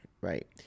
right